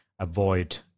avoid